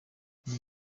iyi